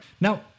Now